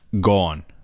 gone